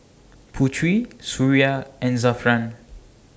Putri Suria and Zafran